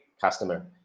customer